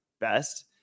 best